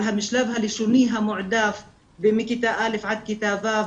על המשלב הלשוני המועדף מכיתה א' עד כיתה ו',